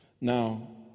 Now